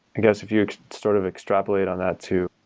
i guess, if you sort of extrapolate on that too,